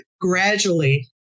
gradually